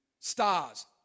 stars